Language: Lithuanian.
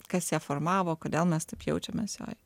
kas ją formavo kodėl mes taip jaučiamės joj